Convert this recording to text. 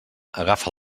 agafa